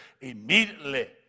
immediately